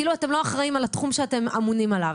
כאילו אתם לא אחראיים על התחום שאתם אמונים עליו.